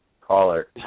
caller